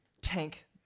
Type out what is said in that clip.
tank